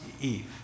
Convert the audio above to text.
Eve